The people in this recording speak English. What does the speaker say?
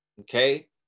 Okay